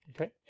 Okay